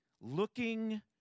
looking